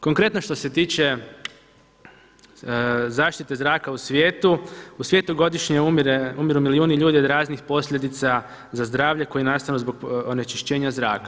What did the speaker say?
Konkretno što se tiče zaštite zraka u svijetu, u svijetu godišnje umiru milijuni ljudi od raznih posljedica za zdravlje koji nastanu zbog onečišćenja zraka.